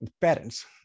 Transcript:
parents